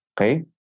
Okay